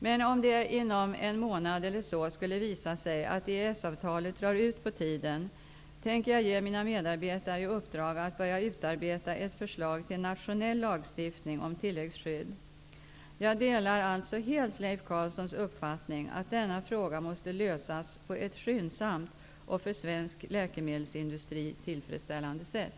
Men om det inom en månad eller så skulle visa sig att ikraftträdandet av EES-avtalet drar ut på tiden, tänker jag ge mina medarbetare i uppdrag att börja utarbeta ett förslag till en nationell lagstiftning om tilläggsskydd. Jag delar alltså helt Leif Carlsons uppfattning att denna fråga måste lösas på ett skyndsamt och för svensk läkemedelsindustri tillfredsställande sätt.